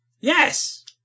Yes